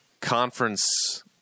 conference